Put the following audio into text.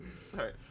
Sorry